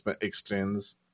extends